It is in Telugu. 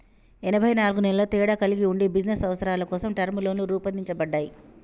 ఎనబై నాలుగు నెలల తేడా కలిగి ఉండి బిజినస్ అవసరాల కోసం టర్మ్ లోన్లు రూపొందించబడ్డాయి